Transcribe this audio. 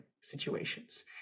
situations